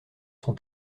son